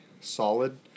solid